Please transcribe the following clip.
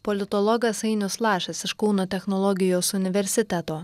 politologas ainius lašas iš kauno technologijos universiteto